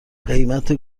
قیمت